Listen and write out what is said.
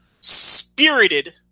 spirited